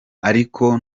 ariko